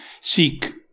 seek